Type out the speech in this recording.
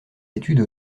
études